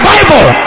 Bible